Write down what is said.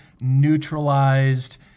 neutralized